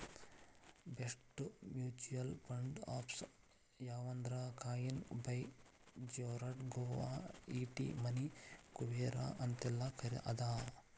best mutual fund apps ಯಾವಂದ್ರಾ coin by Zerodha Groww ET money Kuvera ಅಂತೆಲ್ಲಾ ಅದಾವ